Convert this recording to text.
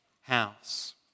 house